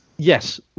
yes